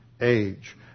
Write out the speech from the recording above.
age